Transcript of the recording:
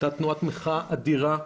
הייתה תנועת מחאה אדירה,